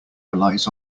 relies